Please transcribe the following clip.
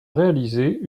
réalisée